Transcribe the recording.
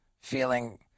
feeling